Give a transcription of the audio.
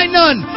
none